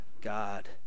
God